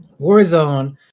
Warzone